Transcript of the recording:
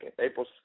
April